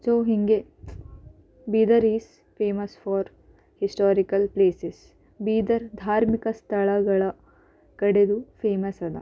so ಹೀಗೆ Bidar is famous for historical places Bidar ಧಾರ್ಮಿಕ ಸ್ಥಳಗಳ ಕಡೆಗೂ ಫೇಮಸ್ ಅದ